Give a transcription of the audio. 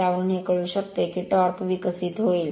त्यावरून हे कळू शकते की टॉर्क विकसित होईल